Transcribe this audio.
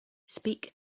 speak